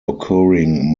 occurring